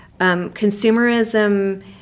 Consumerism